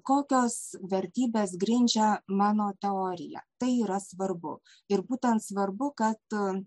kokios vertybės grindžia mano teoriją tai yra svarbu ir būtent svarbu kad